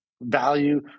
value